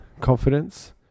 confidence